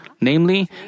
Namely